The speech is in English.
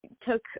took